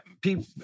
people